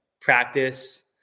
practice